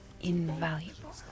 invaluable